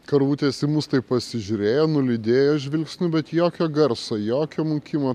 karvutės į mus taip pasižiūrėjo nulydėjo žvilgsniu bet jokio garso jokio mūkimo